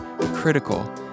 critical